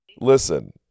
Listen